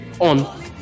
on